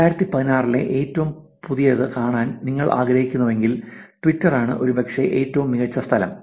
2016 ലെ ഏറ്റവും പുതിയത് കാണാൻ നിങ്ങൾ ആഗ്രഹിക്കുന്നുവെങ്കിൽ ട്വിറ്ററാണ് ഒരുപക്ഷേ ഏറ്റവും മികച്ച സ്ഥലം